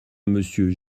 monsieur